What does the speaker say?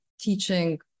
teaching